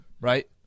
right